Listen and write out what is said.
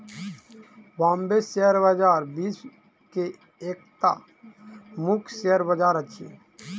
Bombay share बजार विश्व के एकटा मुख्य शेयर बजार अछि